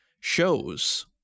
shows